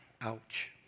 Ouch